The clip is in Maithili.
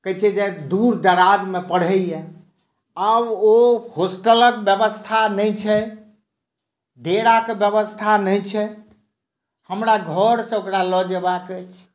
कहे छै जे दूर दराजमे पढैया आब ओ होस्टलक व्यवस्था नहि छै डेराक व्यवस्था नहि छै हमरा घर सँ ओकरा लऽ जेबाक अछि